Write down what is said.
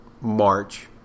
March